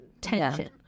Tension